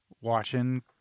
watching